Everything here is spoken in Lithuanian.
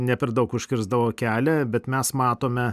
ne per daug užkirsdavo kelią bet mes matome